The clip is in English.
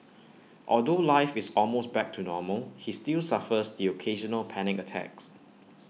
although life is almost back to normal he still suffers the occasional panic attacks